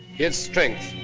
his strength,